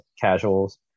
casuals